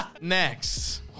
Next